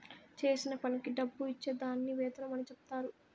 చేసిన పనికి డబ్బు ఇచ్చే దాన్ని వేతనం అని చెప్తారు